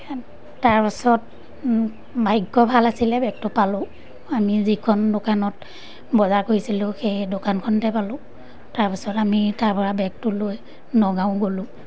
তাৰপাছত ভাগ্য ভাল আছিলে বেগটো পালোঁ আমি যিখন দোকানত বজাৰ কৰিছিলোঁ সেই দোকানখনতে পালোঁ তাৰপাছত আমি তাৰ পৰা বেগটো লৈ নগাঁও গ'লোঁ